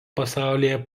pasaulyje